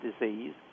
disease